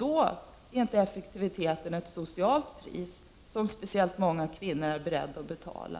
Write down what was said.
har effektiviteten ett socialt pris som inte speciellt många kvinnor är beredda att betala.